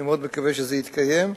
אני מאוד מקווה שזה יתקיים,